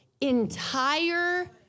entire